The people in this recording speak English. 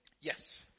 Yes